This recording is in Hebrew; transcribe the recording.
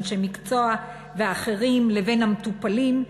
אנשי מקצוע ואחרים לבין המטופלים,